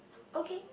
okay